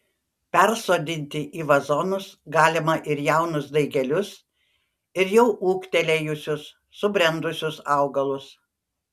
persodinti į vazonus galima ir jaunus daigelius ir jau ūgtelėjusius subrendusius augalus